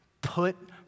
Put